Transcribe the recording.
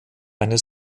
eines